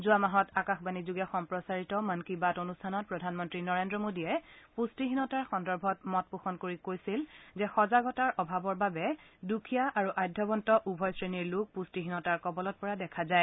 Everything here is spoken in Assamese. যোৱা মাহত আকাশবাণীযোগে সম্প্ৰচাৰিত মন কী বাত অনুষ্ঠানত প্ৰধানমন্ত্ৰী নৰেন্দ্ৰ মোডীয়ে পুষ্টিহীনতাৰ সন্দৰ্ভত মত পোষণ কৰি কৈছিল যে সজাগতাৰ অভাৱৰ বাবে দুখীয়া আৰু আঢ্যবন্ত উভয় শ্ৰেণীৰ লোক পুষ্টিহীনতাৰ কৱলত পৰা দেখা যায়